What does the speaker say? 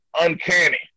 uncanny